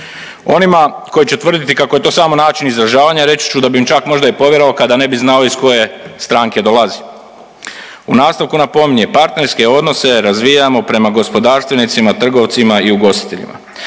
Onima koji će tvrditi kako je to samo način izražavanja reći ću da bi im čak možda i povjerovao kada ne bi znao iz koje stranke dolazi. U nastavku napominje partnerske odnose razvijamo prema gospodarstvenicima, trgovcima i ugostiteljima.